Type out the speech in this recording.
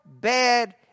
bad